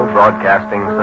Broadcasting